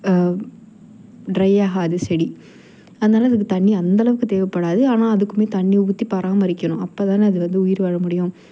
try ஆகாது செடி அதனால அதுக்கு தண்ணி அந்தளவுக்கு தேவைப்படாது ஆனால் அதுக்கும் தண்ணி ஊற்றி பராமரிக்கணும் அப்போ தான் அது வந்து உயிர் வாழ முடியும்